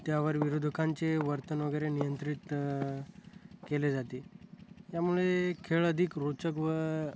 त्यावर विरोधकांचे वर्तन वगैरे नियंत्रित केले जाते त्यामुळे खेळ अधिक रोचक व